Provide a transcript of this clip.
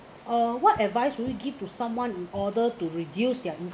uh what advice would you give to someone in order to reduce their